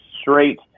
straight